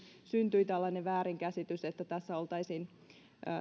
syntyi tällainen väärinkäsitys että tässä oltaisiin